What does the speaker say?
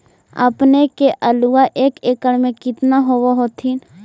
अपने के आलुआ एक एकड़ मे कितना होब होत्थिन?